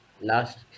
last